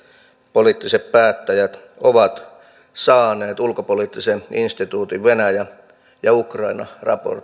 poliittiset päättäjät ovat saaneet ulkopoliittisen instituutin venäjä ja ukraina